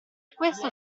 questo